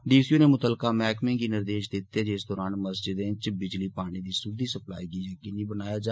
D C होरें मुतलका मैहकमें गी निर्देश दिते जे इस दौरान मस्जिदें इच बिजली पानी दी सुद्दी सप्लाई गी यकीनी बनाया जा